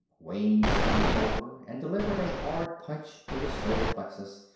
wayne spun him over and delivered a hard punch to the solar plexus.